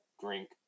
drink